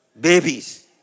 babies